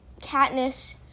Katniss